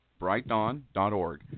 brightdawn.org